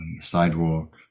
sidewalk